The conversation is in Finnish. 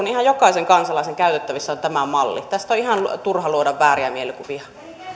edustaja kiuru ihan jokaisen kansalaisen käytettävissä tästä on ihan turha luoda vääriä mielikuvia